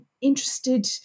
interested